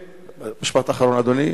משפט אחרון, אדוני.